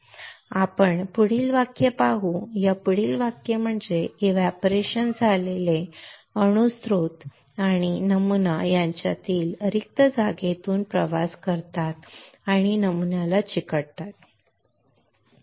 आपण पुढील वाक्य पाहू या पुढील वाक्य म्हणजे एव्हपोरेशन झालेले एटम स्त्रोत आणि नमुना यांच्यातील रिक्त जागेतून प्रवास करतात आणि नमुन्याला चिकटतात बरोबर